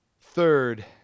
Third